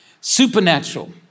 supernatural